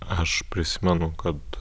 aš prisimenu kad